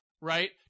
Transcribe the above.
right